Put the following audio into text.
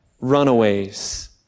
runaways